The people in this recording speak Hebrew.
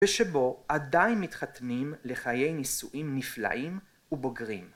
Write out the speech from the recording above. ושבו עדיין מתחתנים לחיי נישואים נפלאים ובוגרים.